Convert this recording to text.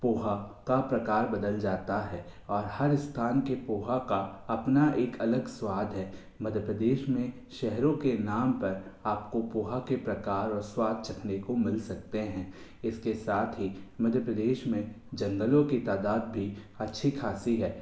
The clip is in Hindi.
पोहा का प्रकार बदल जाता है और हर स्थान के पोहा का अपना एक अलग स्वाद है मध्य प्रदेश में शहरों के नाम पर आप को पोहा के प्रकार और स्वाद चखने को मिल सकते हैं इसके साथ ही मध्य प्रदेश में जंगलों की तादाद भी अच्छी खासी है